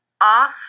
off